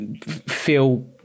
feel